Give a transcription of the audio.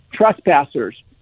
trespassers